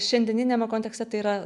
šiandieniniame kontekste tai yra